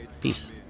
Peace